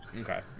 Okay